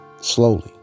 slowly